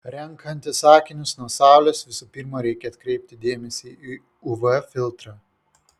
renkantis akinius nuo saulės visų pirma reikia atkreipti dėmesį į uv filtrą